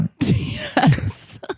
Yes